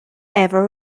ever